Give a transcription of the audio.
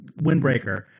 windbreaker